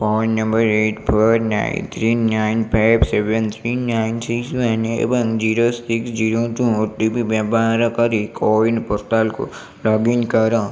phone number eight four nine three nine five seven three nine six one ଏବଂ zero six zero two O T P ବ୍ୟବହାର କରି CoWIN ପୋର୍ଟାଲକୁ login କର